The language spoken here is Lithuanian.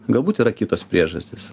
galbūt yra kitos priežastys